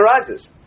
arises